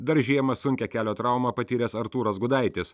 dar žiemą sunkią kelio traumą patyręs artūras gudaitis